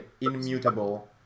immutable